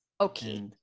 Okay